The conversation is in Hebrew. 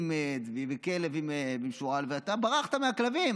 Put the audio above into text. עם צבי וכלב עם שועל ואתה ברחת מהכלבים,